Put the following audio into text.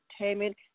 Entertainment